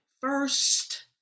first